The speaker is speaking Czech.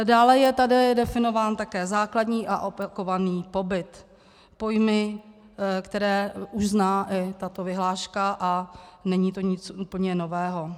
Dále je tady definován také základní a opakovaný pobyt pojmy, které už zná i tato vyhláška, a není to nic úplně nového.